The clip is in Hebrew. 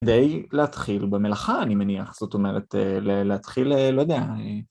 כדי להתחיל במלאכה אני מניח, זאת אומרת, להתחיל, לא יודע,